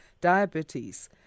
diabetes